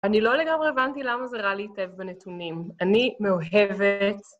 אני לא לגמרי הבנתי למה זה רע להתאהב בנתונים. אני מאוהבת...